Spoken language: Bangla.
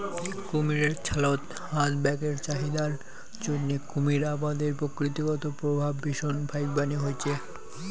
কুমীরের ছালত হাত ব্যাগের চাহিদার জইন্যে কুমীর আবাদের প্রকৃতিগত প্রভাব ভীষণ ফাইকবানী হইচে